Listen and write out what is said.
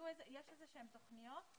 יש תוכניות,